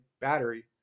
battery